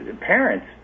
parents